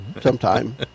Sometime